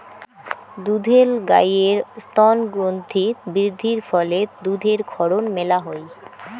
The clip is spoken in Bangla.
দুধেল গাইের স্তনগ্রন্থিত বৃদ্ধির ফলে দুধের ক্ষরণ মেলা হই